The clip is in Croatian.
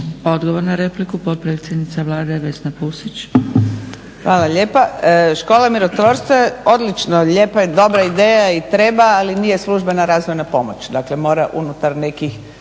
Odgovor na repliku, potpredsjednica Vesna Pusić.